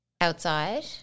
outside